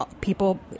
people